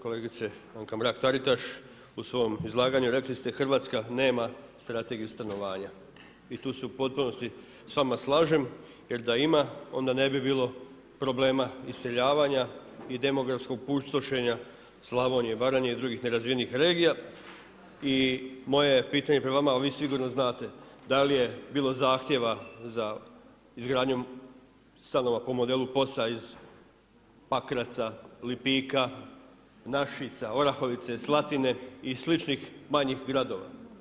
Kolegica Mrak Taritaš u svom izlaganju, rekli ste Hrvatska nema strategiju stanovanja i tu se u potpunosti s vama slažem, jer da ima, onda ne bi bilo problema iseljavanja, i demografskog opustošenje Slavonije, Baranje i drugih nerazvijenih regija i moje je pitanje, prema vama, a vi sigurno znate, da li je bilo zahtjeva za izgradnjom stanova po modelu POS-a iz Pakraca, Lipika, Našica, Orahovice, Slatine i sličnih manjih gradova.